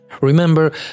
Remember